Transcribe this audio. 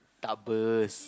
starburst